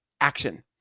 action